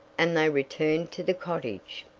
and they returned to the cottage.